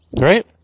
right